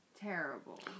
terrible